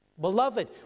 beloved